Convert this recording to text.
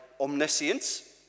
omniscience